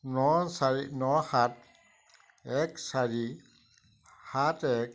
ন চাৰি ন সাত এক চাৰি সাত এক